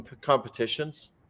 competitions